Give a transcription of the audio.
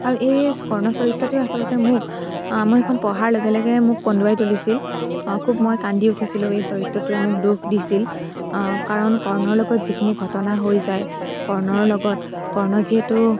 আৰু এই কৰ্ণ চৰিত্ৰটোৱে আচলতে মোক মই সেইখন পঢ়াৰ লগে লগে মোক কন্দুৱাই তুলিছিল খুব মই কান্দি উঠিছিলোঁ এই চৰিত্ৰটোৱে মোক দুখ দিছিল কাৰণ কৰ্ণৰ লগত যিখিনি ঘটনা হৈ যায় কৰ্ণৰ লগত কৰ্ণ যিহেতু